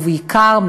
ובעיקר,